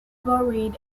buried